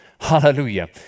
hallelujah